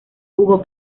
jugó